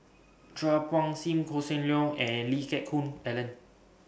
Chua Phung SIM Hossan Leong and Lee Geck Hoon Ellen